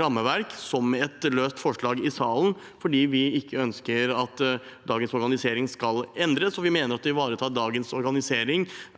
rammeverk som et forslag i salen fordi vi ikke ønsker at dagens organisering skal endres, og vi mener at å ivareta dagens organisering